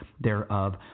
thereof